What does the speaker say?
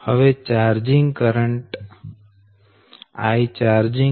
હવે charging current IchgjCanVLN છે